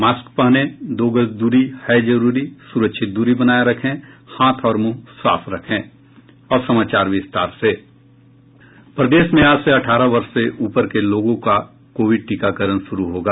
mask पहनें दो गज दूरी है जरूरी सुरक्षित दूरी बनाये रखें हाथ और मुंह साफ रखें प्रदेश में आज से अठारह वर्ष से ऊपर के लोगों का कोविड टीकाकरण शुरु होगा